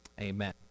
Amen